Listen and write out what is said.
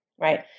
right